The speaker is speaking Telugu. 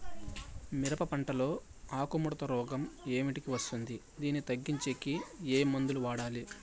మిరప పంట లో ఆకు ముడత రోగం ఏమిటికి వస్తుంది, దీన్ని తగ్గించేకి ఏమి మందులు వాడాలి?